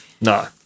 no